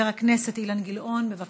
חבר הכנסת אילן גילאון, בבקשה.